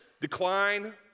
decline